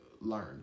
Learn